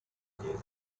chiesa